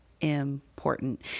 important